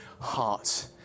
heart